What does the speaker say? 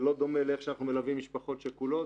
זה לא דומה אליך שאנחנו מלווים משפחות שכולות.